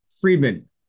Friedman